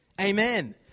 Amen